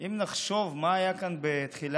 אם נחשוב מה היה כאן בתחילת